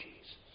Jesus